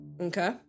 Okay